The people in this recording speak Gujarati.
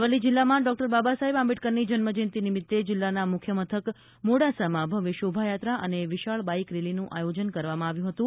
અરવલ્લી જિલ્લામાં ડોક્ટર બાબાસાહેબ આંબેડકરની જન્મ જયંતિ નિમિત્તે જિલ્લાના મુખ્ય મથક મોડાસામાં ભવ્ય શોભાયાત્રા અને વિશાળ બાઇક રેલીનું આયોજન કરવામાં આવ્યું હતું